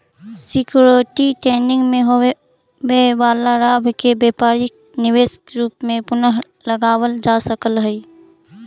security trading में होवे वाला लाभ के व्यापारिक निवेश के रूप में पुनः लगावल जा सकऽ हई